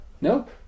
Nope